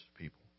people